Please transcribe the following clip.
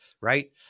right